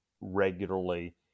regularly